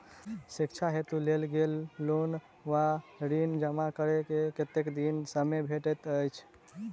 शिक्षा हेतु लेल गेल लोन वा ऋण जमा करै केँ कतेक दिनक समय भेटैत अछि?